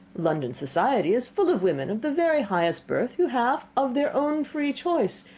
london society is full of women of the very highest birth who have, of their own free choice,